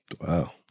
Wow